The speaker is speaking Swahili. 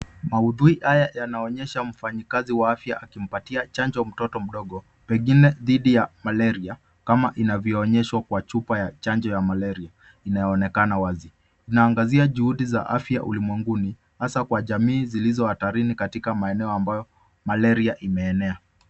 Maudhui haya yanaonyesha mfanyakazi wa afya akimpatia chanjo mtoto mdogo pengine dhidi ya malaria kama inavyoonyeshwa kwa chupa ya chanjo ya malaria inayoonekana wazi. Inaangazia juhudi za afya ulimwenguni hasa kwa jamii zilizo hatarini katika maeneo ambayo malaria imeenea.